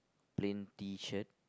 plain T-shirt